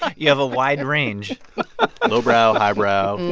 you have a wide range low brow, high brow,